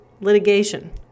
litigation